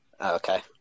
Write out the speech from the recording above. Okay